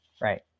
Right